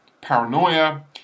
paranoia